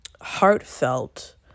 heartfelt